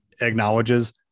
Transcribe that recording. acknowledges